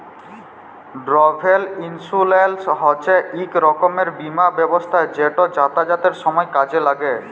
travel insurance হছে ইক রকমের বীমা ব্যবস্থা যেট যাতায়াতের সময় কাজে ল্যাগে